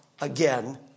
Again